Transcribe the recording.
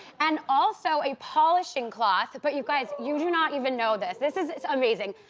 and also, a polishing cloth, but you guys, you do not even know this, this is amazing.